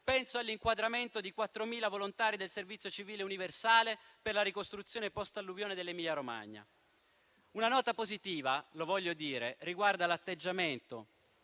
Penso all'inquadramento di 4.000 volontari del servizio civile universale per la ricostruzione post-alluvione dell'Emilia-Romagna. Una nota positiva - lo voglio